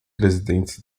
presidentes